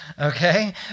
Okay